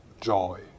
joy